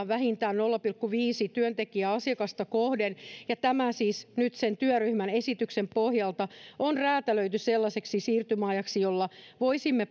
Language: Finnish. vähintään nolla pilkku viisi työntekijää asiakasta kohden tämä siis nyt sen työryhmän esityksen pohjalta on räätälöity sellaiseksi siirtymäajaksi jolla voisimme